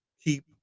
keep